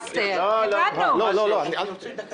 אז תן לה לדבר.